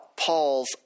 Paul's